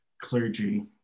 clergy